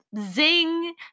zing